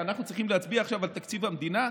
ואנחנו צריכים להצביע עכשיו על תקציב המדינה?